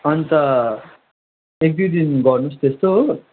अन्त एक दुई दिन गर्नुहोस् त्यस्तो हो